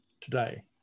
today